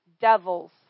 devils